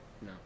No